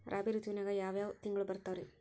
ರಾಬಿ ಋತುವಿನಾಗ ಯಾವ್ ಯಾವ್ ತಿಂಗಳು ಬರ್ತಾವ್ ರೇ?